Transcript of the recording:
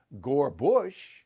Gore-Bush